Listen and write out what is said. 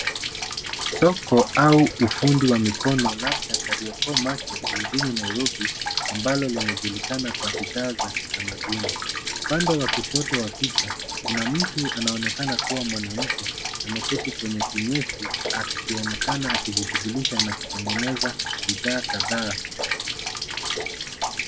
Soko au ufundi wa mikono labda Kariokor market jijini Nairobi, ambalo linajulikana Kwa bidhaa za kitamanduni. Upande wa kushoto wa picha, kuna mtu anaonekana kuwa mwanamke ameketi kwenye kinyesi akionekana akijishugulisha na kutengeneza bidhaa kadhaa.